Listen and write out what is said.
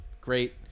Great